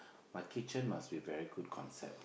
my kitchen must be very good concept